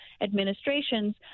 administrations